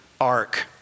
ark